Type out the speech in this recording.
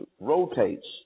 rotates